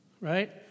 Right